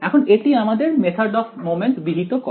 এখন এটি আমাদের মেথড অফ মোমেন্টস বিহিত করে